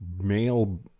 male